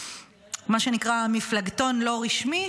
מה שנקרא מפלגתון לא רשמי,